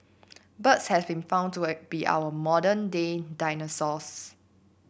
birds have been found to be our modern day dinosaurs